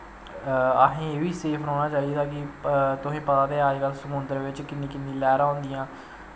ते असें एह् बी सेफ रौह्ना चाही दा कि तुसें पता ते है अज कल समुंदर बिच्च किन्नी किन्नी लैह्रां होंदियां